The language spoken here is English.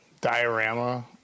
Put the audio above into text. diorama